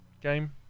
game